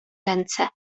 ręce